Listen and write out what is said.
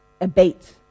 abate